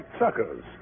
suckers